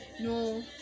No